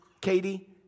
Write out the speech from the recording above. Katie